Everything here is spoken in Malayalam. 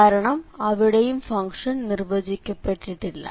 കാരണം അവിടെയും ഫംഗ്ഷൻ നിർവചിക്കപ്പെട്ടിട്ടില്ല